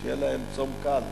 שיהיה להם צום קל.